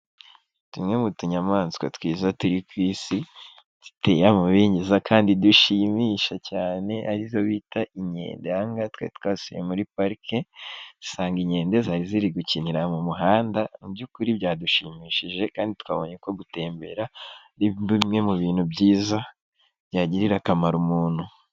Tumwe mu tunyamaswa twiza turi ku isi ziteye amabengeza kandi dushimisha cyane arizo bita inkende, ahangaha twari twasuye muri parike dusanga inkende zari ziri gukinira mu muhanda mu by'ukuri byadushimishije kandi twabonye ko gutembera ari bimwe mu bintu byiza byagirira akamaro umuntu.